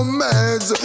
meds